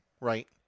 right